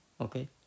Okay